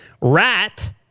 Rat